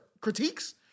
critiques